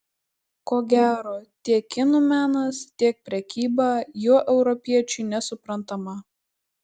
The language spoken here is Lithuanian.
ko gero tiek kinų menas tiek prekyba juo europiečiui nesuprantama